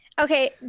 Okay